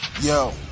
Yo